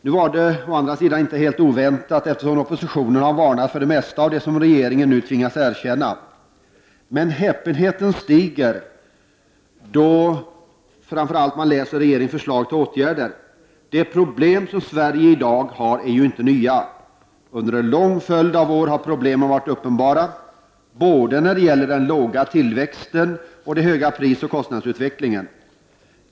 Nu var detta inte helt oväntat, eftersom oppositionen har varnat för det mesta av det som regeringen nu tvingas erkänna. Men häpenheten stiger, framför allt då man läser regeringens förslag till åtgärder. De problem som Sverige i dag har är ju inte nya. Under en lång följd av år har problemen varit uppenbara, både när det gäller den låga tillväxten och den starka prisoch kostnadsutvecklingen.